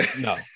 no